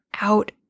out